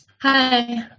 Hi